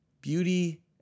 beauty